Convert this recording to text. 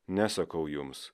ne sakau jums